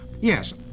Yes